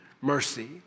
mercy